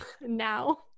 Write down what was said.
Now